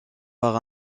par